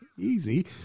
easy